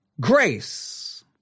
grace